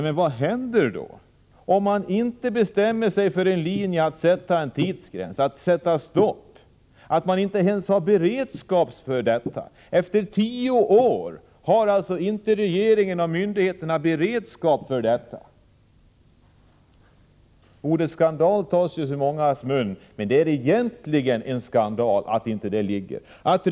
Men vad händer om man inte bestämmer sig för en tidpunkt då det skall vara stopp för användningen av asbest? Efter tio års debatt har regeringen och myndigheterna inte ens beredskap för detta. Ordet skandal tas i mångas mun, men det är verkligen en skandal att man inte har bestämt tidpunkt för ett stopp.